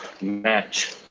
match